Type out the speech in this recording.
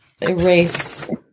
erase